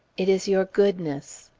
it is your goodness.